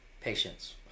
patience